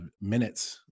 minutes